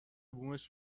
بومش